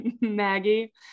Maggie